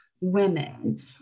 women